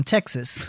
Texas